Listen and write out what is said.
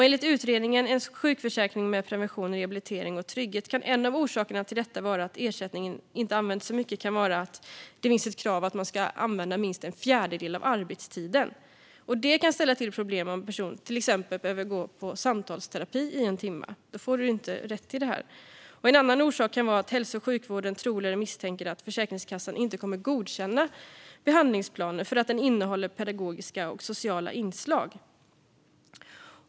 Enligt utredningen En sjukförsäkring med prevention, rehabilitering och trygghet kan en av orsakerna till att ersättningen inte används så mycket vara att det finns ett krav på att man ska använda minst en fjärdedel av arbetstiden. Det kan ställa till problem om en person till exempel behöver gå på samtalsterapi i en timme. Då får man inte rätt till ersättningen. En annan orsak kan vara att hälso och sjukvården tror eller misstänker att Försäkringskassan inte kommer att godkänna behandlingsplanen för att den innehåller pedagogiska och sociala inslag.